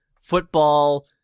football